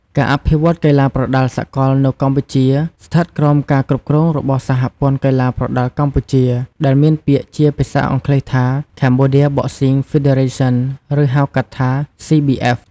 ការអភិវឌ្ឍន៍កីឡាប្រដាល់សកលនៅកម្ពុជា ស្ថិតក្រោមការគ្រប់គ្រងរបស់សហព័ន្ធកីឡាប្រដាល់កម្ពុជា ដែលមានពាក្យជាភាសាអង់គ្លេសថា Cambodia Boxing Federation ឬហៅកាត់ថា CBF។